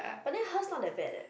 but then hers not that bad leh